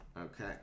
Okay